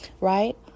right